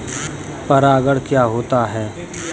परागण क्या होता है?